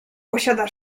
posiada